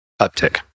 uptick